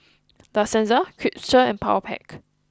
La Senza Chipster and Powerpac